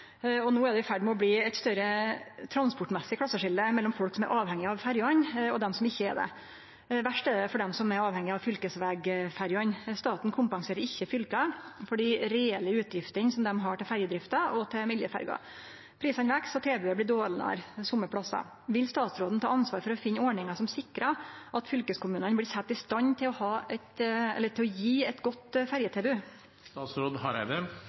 større transportmessig klasseskilje mellom folk som er avhengige av ferjer, og dei som ikkje er det. Verst er det for dei som er avhengige av fylkesvegferjer. Staten kompenserer ikkje fylka for dei reelle utgiftene dei har til ferjedrifta og til miljøferjer. Prisane veks, og tilbodet blir dårlegare somme plassar. Vil statsråden ta ansvar for å finne ordningar som sikrar at fylkeskommunane blir sett i stand til å gi eit godt ferjetilbod?» Representanten Klinge er som dei tre førre spørsmålsstillarane opptatt av utgiftene til ferjedrifta og miljøferjer. Det er som før nemnt viktig å